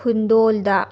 ꯈꯨꯟꯗꯣꯜꯗ